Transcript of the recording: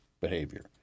behavior